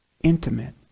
intimate